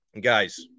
guys